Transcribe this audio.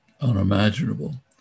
unimaginable